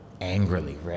angrily